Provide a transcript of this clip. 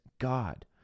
God